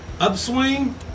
upswing